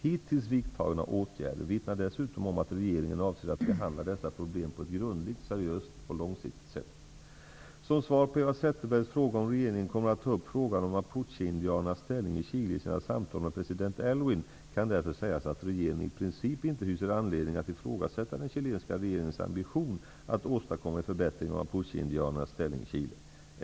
Hittills vidtagna åtgärder vittnar dessutom om att regeringen avser att behandla dessa problem på ett grundligt, seriöst och långsiktigt sätt. Som svar på Eva Zetterbergs fråga om regeringen kommer att ta upp frågan om mapucheindianernas ställning i Chile i sina samtal med president Aylwin kan därför sägas att regeringen i princip inte hyser anledning att ifrågasätta den chilenska regeringens ambition att åstadkomma en förbättring av mapucheindianernas ställning i Chile.